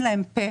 אין להן פה,